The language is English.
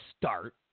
start